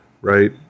right